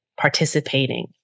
Participating